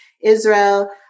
Israel